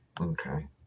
okay